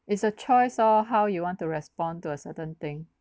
it's a choice oh how you want to respond to a certain thing